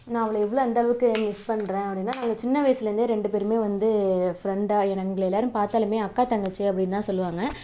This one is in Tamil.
நான் அவளை எந்தளவுக்கு மிஸ் பண்ணுறேன் அப்படினா நாங்கள் சின்ன வயசிலேருந்தே ரெண்டு பேருமே வந்து ஃபிரெண்டாக எங்களை எல்லாேரும் பார்த்தாலுமே அக்கா தங்கச்சி அப்படினுதான் சொல்லுவாங்க